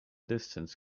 distance